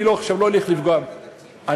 אני עכשיו לא אלך לפגוע באחרים,